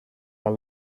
are